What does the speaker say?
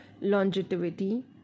longevity